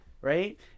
Right